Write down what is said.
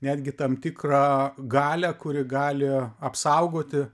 netgi tam tikrą galią kuri gali apsaugoti